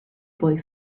boy